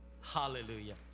Hallelujah